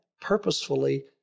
purposefully